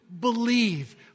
believe